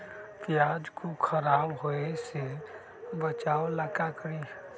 प्याज को खराब होय से बचाव ला का करी?